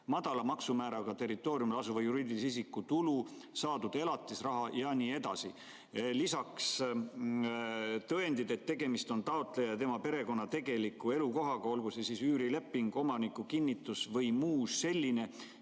madala maksumääraga territooriumil asuva juriidilise isiku tulu, saadud elatisraha jne. Lisaks tõendid, et tegemist on taotleja ja tema perekonna tegeliku elukohaga, olgu see üürileping, omaniku kinnitus või muu selline